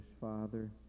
Father